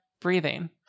breathing